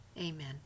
Amen